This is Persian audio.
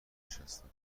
نشستم